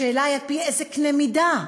השאלה היא על-פי איזו אמת מידה.